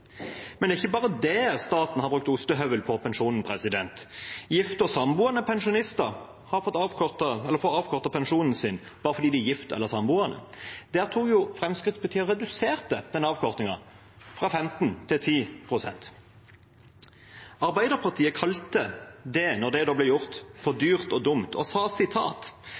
Men det er ikke bare der staten har brukt ostehøvel på pensjonen. Gifte og samboende pensjonister får avkortet pensjonen sin bare fordi de er gift eller samboende. Der reduserte Fremskrittspartiet avkortingen fra 15 pst. til 10 pst. Arbeiderpartiet kalte det, da det ble gjort, for dyrt og dumt og sa: